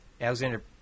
Alexander